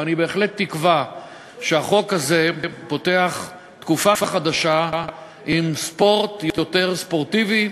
ואני בהחלט תקווה שהחוק הזה פותח תקופה חדשה עם ספורט יותר ספורטיבי,